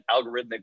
algorithmic